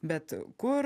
bet kur